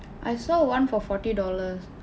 I saw one for forty dollars